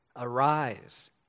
arise